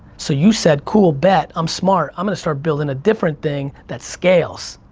so you said, cool bet, i'm smart, i'm gonna start building a different thing that scales.